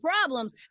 problems